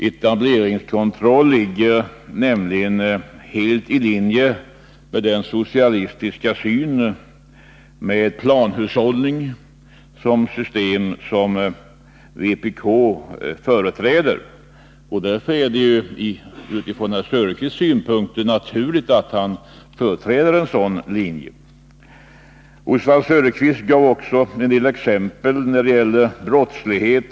Etableringskontroll ligger nämligen helt i nivå med den socialistiska syn, med planhushållning som system, som vpk företräder. Därför är det givetvis från Oswald Söderqvists synpunkt naturligt att förespråka en sådan linje. Oswald Söderqvist gav också en del exempel på ekonomisk brottslighet.